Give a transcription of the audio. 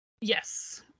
yes